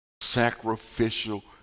sacrificial